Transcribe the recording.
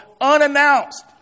unannounced